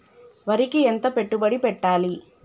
వరికి ఎంత పెట్టుబడి పెట్టాలి?